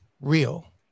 Real